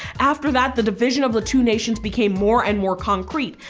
after that, the division of the two nations became more and more concrete,